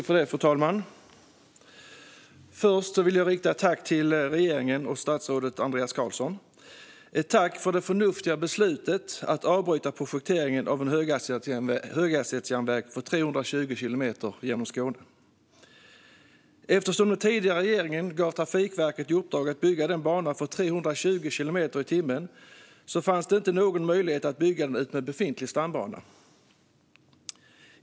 Fru talman! Först vill jag rikta ett tack till regeringen och statsrådet Andreas Carlson för det förnuftiga beslutet att avbryta projekteringen av en höghastighetsjärnväg för hastigheter på 320 kilometer i timmen genom Skåne. Eftersom den tidigare regeringen gav Trafikverket i uppdrag att bygga en sådan bana för hastigheter på 320 kilometer i timmen fanns det inte någon möjlighet att bygga den utmed befintlig stambana.